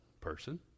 person